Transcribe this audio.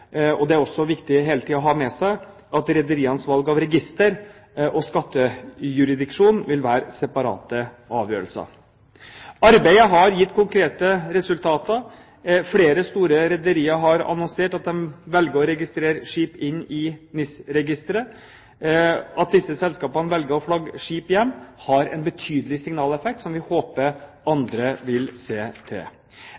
Det er også viktig å ha med seg at rederienes valg av register og skattejurisdiksjon vil være separate avgjørelser. Arbeidet har gitt konkrete resultater. Flere store rederier har annonsert at de velger å registrere skip i NIS-registeret. At disse selskapene velger å flagge skip hjem, har en betydelig signaleffekt som vi håper